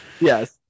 Yes